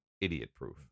idiot-proof